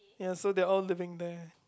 ya so they all living there